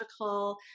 logical